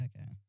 okay